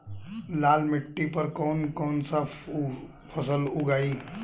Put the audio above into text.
लाल मिट्टी पर कौन कौनसा फसल उगाई?